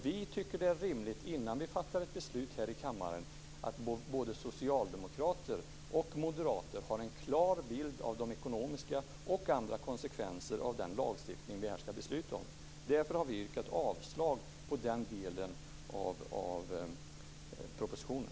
Vi tycker att det är rimligt att både socialdemokrater och moderater innan vi fattar beslut här i kammaren har en klar bild av ekonomiska och andra konsekvenser av den lagstiftning vi här ska besluta om. Därför har vi yrkat avslag på den delen av propositionen.